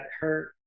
hurt